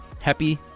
happy